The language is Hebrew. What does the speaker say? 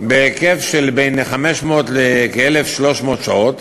בהיקף של בין 500 לכ-1,300 שעות.